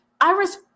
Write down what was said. iris